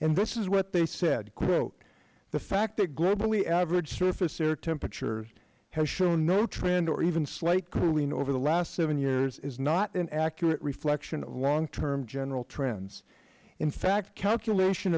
and this is what they said the fact that globally average surface air temperature has shown no trend or even slight cooling over the last seven years is not an accurate reflection of long term general trends in fact calculation